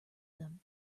them